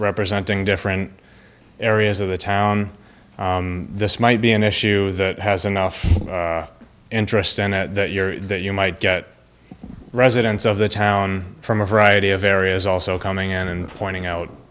representing different areas of the town this might be an issue that has enough interest in it that you're that you might get residents of the town from a variety of areas also coming in and pointing out